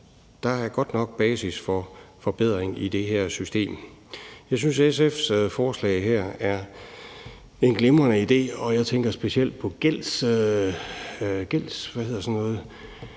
er der godt nok basis for forbedring i det her system. Jeg synes, at SF's forslag her er en glimrende idé, og jeg tænker specielt på